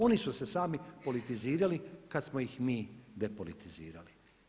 Oni su se sami politizirali kada smo ih mi depolitizirali.